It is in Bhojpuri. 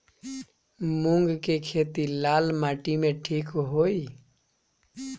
मूंग के खेती लाल माटी मे ठिक होई?